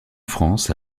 france